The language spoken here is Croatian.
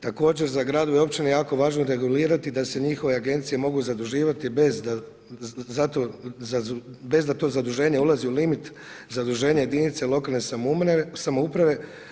Također za gradove i općine je jako važno regulirati da se njihove agencije mogu zaduživati bez da to zaduženje ulazi u limit zaduženja jedinice lokalne samouprave.